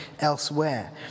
elsewhere